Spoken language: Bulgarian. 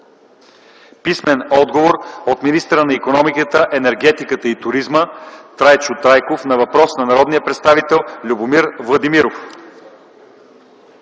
Димитър Колев; - от министъра на икономиката, енергетиката и туризма Трайчо Трайков на въпрос от народния представител Любомир Владимиров;